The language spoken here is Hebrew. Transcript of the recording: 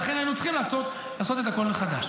ולכן היינו צריכים לעשות את הכול מחדש.